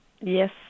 Yes